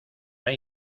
hay